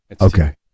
Okay